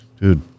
dude